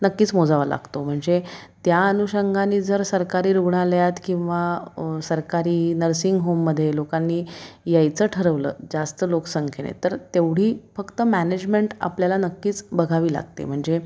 नक्कीच मोजावा लागतो म्हणजे त्या अनुषंगानी जर सरकारी रुग्णालयात किंवा सरकारी नर्सिंग होममध्ये लोकांनी यायचं ठरवलं जास्त लोकसंख्येने तर तेवढी फक्त मॅनेजमेंट आपल्याला नक्कीच बघावी लागते म्हणजे